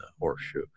horseshoe